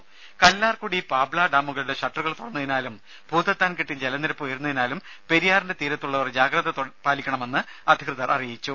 രുര കല്ലാർകുടി പാബ്ല ഡാമുകളുടെ ഷട്ടറുകൾ തുറന്നതിനാലും ഭൂതത്താൻ കെട്ടിൽ ജലനിരപ്പ് ഉയരുന്നതിനാലും പെരിയാറിന്റെ തീരത്തുള്ളവർ ജാഗ്രത പാലിക്കണമെന്ന് അധികൃതർ അറിയിച്ചു